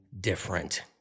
different